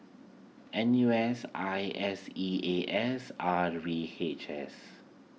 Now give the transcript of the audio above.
N U S I S E A S R V H S